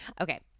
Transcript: Okay